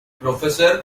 professor